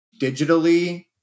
digitally